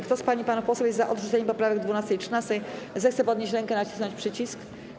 Kto z pań i panów posłów jest za odrzuceniem poprawek 12. i 13., zechce podnieść rękę i nacisnąć przycisk.